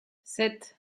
sept